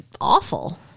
awful